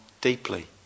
deeply